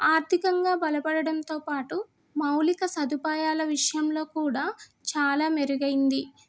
ఆర్థికంగా బలపడడంతో పాటు మౌలిక సదుపాయాల విషయంలో కూడా చాలా మెరుగైంది